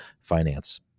finance